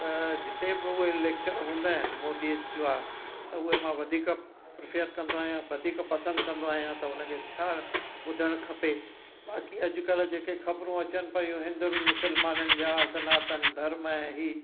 त जिते बि उहे लेक्चर हूंदा आहिनि मोदीअ जा त उहे मां वधीक प्रिफ़ेअर कंदो आहियां वधीक पसंदि कंदो आहियां त हुन खे छा ॿुधणु खपे बाक़ी अ कल्ह जेके ख़बरूं अचनि पयूं हिंदुनि मुसलमाननि जा सनातन धर्म ऐं हीउ